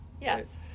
Yes